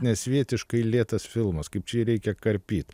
nesvietiškai lėtas filmas kaip čia jį reikia karpyt